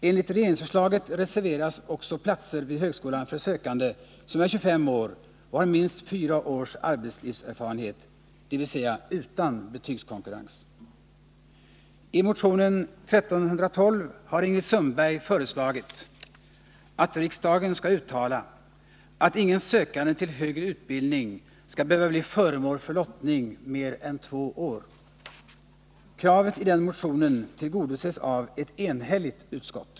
Enligt regeringsförslaget reserveras också platser vid högskolan för sökande som är 25 år och har minst fyra års arbetslivserfarenhet — dvs. utan betygskonkurrens. I motion 1312 har Ingrid Sundberg föreslagit att riksdagen skall uttala att ingen sökande till högre utbildning skall behöva bli föremål för lottning mer än två år. Kravet i den motionen tillgodoses av ett enhälligt utskott.